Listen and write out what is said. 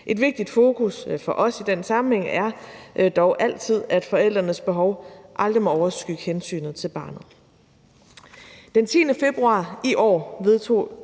Et vigtigt fokus for os er i den sammenhæng dog altid, at forældrenes behov aldrig må overskygge hensynet til barnet.